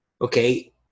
okay